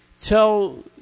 tell